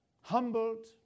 Humbled